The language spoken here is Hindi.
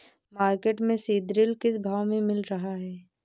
मार्केट में सीद्रिल किस भाव में मिल रहा है?